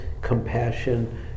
compassion